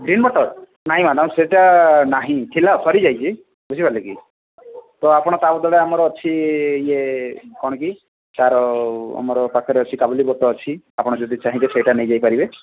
green ମଟର ନାହିଁ madam ସେଟା ନାହିଁ ଥିଲା ସରି ଯାଇଛି ବୁଝିପାରିଲେକି ତ ଆପଣ ତା ବଦଳରେ ଆମର ଅଛି ଇଏ କଣ କି ତାର ଆମର ପାଖରେ ଅଛି କାବୁଲି ବୁଟ ଅଛି ଆପଣ ଯଦି ଚାହିଁବେ ସେଇଟା ନେଇ ଯାଇ ପାରିବେ